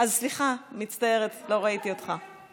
אז סליחה, מצטערת, לא ראיתי אותך.